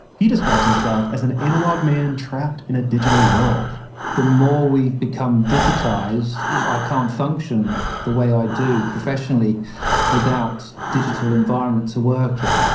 he describes himself as an analog man trapped in a digital world the more we've become digitized, i can't function the way i do professionally without a digital environment to work in.